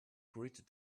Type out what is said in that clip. greeted